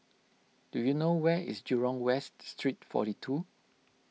do you know where is Jurong West Street forty two